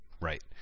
Right